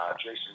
Jason